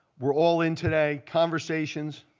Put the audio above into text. we're all in today conversations,